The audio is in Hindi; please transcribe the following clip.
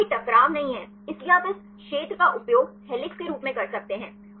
तो कोई टकराव नहीं है इसलिए आप इस क्षेत्र का उपयोग हेलिक्स के रूप में कर सकते हैं